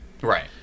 Right